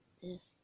Yes